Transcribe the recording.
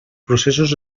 processos